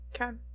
Okay